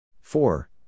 Four